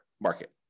market